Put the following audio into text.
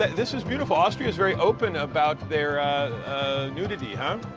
this is beautiful. austria's very open about their nudity, huh?